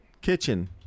kitchen